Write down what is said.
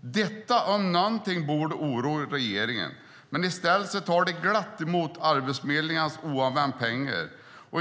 Detta om någonting borde oroa regeringen, men i stället tar man glatt emot Arbetsförmedlingens oanvända pengar.